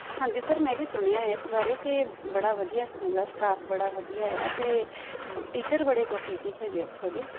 ਹਾਂਜੀ ਸਰ ਮੈਂ ਵੀ ਸੁਣਿਆ ਇਸ ਬਾਰੇ ਕਿ ਬੜਾ ਵਧੀਆ ਸਕੂਲ ਆ ਸਟਾਫ ਬੜਾ ਵਧੀਆ ਆ ਅਤੇ ਟੀਚਰ ਬੜੇ ਕੋਆਪਰੇਟਿਵ ਹੈਗੇ ਇੱਥੋਂ ਦੇ